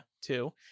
two